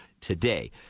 today